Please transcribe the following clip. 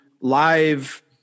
live